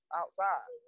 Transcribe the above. outside